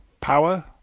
power